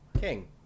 King